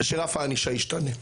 שרף הענישה ישתנה.